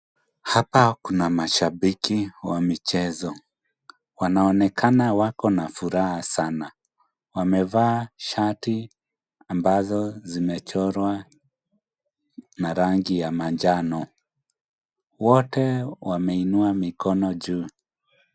Hapa kuna mashabiki wa michezo. Wanaonekana wako na furaha sana. Wamevaa shati ambazo zimechorwa na rangi ya manjano. Wote wameinua mikono juu.